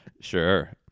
sure